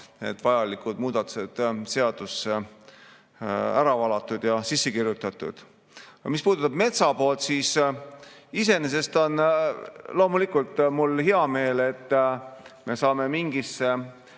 need vajalikud muudatused seadusse valatud, sisse kirjutatud. Aga mis puudutab metsa poolt, siis iseenesest on mul loomulikult hea meel, et me saame mingi